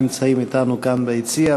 שנמצאים אתנו כאן ביציע.